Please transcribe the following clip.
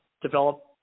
develop